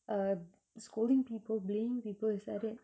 uh scolding people blaming people is like that